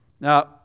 Now